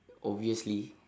obviously